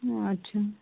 ও আচ্ছা